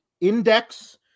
index